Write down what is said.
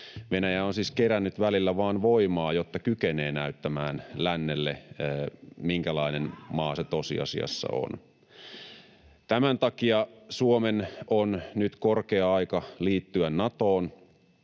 Venäjä on siis vain kerännyt välillä voimaa, jotta kykenee näyttämään lännelle, minkälainen maa se tosiasiassa on. Tämän takia Suomen on nyt korkea aika liittyä Natoon.